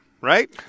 right